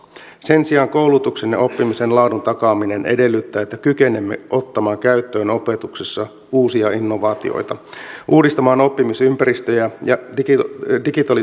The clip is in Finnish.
sen sijaan koulutuksen ja oppimisen laadun takaaminen edellyttää että kykenemme ottamaan käyttöön opetuksessa uusia innovaatioita uudistamaan oppimisympäristöjä ja digitalisoimaan koulutusta